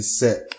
set